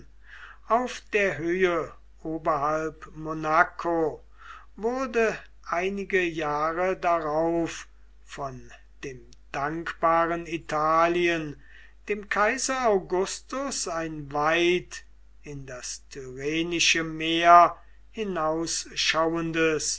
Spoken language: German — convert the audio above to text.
auf der höhe oberhalb monaco wurde einige jahre darauf von dem dankbaren italien dem kaiser augustus ein weit in das tyrrhenische meer